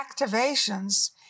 activations